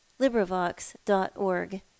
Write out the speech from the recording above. LibriVox.org